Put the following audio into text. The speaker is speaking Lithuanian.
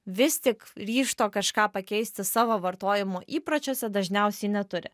vis tik ryžto kažką pakeisti savo vartojimo įpročiuose dažniausiai neturi